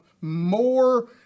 more